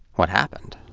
what happened?